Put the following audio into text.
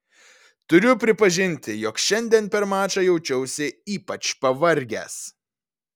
turiu pripažinti jog šiandien per mačą jaučiausi ypač pavargęs